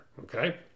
okay